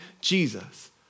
Jesus